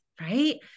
Right